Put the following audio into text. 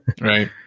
Right